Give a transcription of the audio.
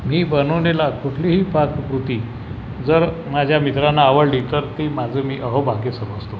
मी बनवलेला कुठलीही पाककृती जर माझ्या मित्रांना आवडली तर ते माझं मी अहोभाग्य समजतो